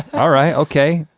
alright, okay.